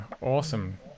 awesome